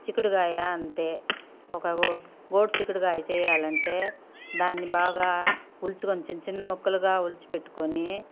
చిక్కుడుగాయ అంతే ఒక గో గోటు చిక్కుడుగాయ చేయాలంటే దాన్ని బాగా ఒలుచుకొని చిన్నచిన్న ముక్కలుగా ఒలిచిపెట్టుకొని